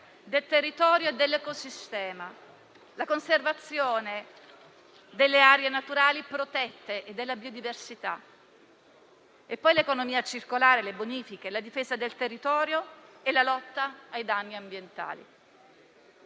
del territorio e dell'ecosistema, la conservazione delle aree naturali protette e della biodiversità e poi l'economia circolare, le bonifiche, la difesa del territorio e la lotta ai danni ambientali.